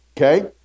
okay